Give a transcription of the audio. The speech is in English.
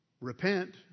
Repent